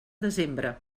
desembre